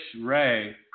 Ray